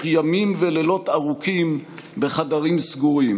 ימים ולילות ארוכים בחדרים סגורים.